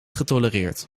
getolereerd